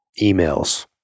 emails